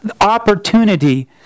opportunity